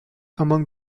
among